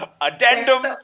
Addendum